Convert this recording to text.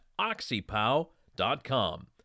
oxypow.com